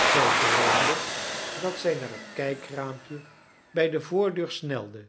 zij droomde dat zij naar het kijkraampje bij de voordeur snelde